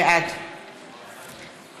בעד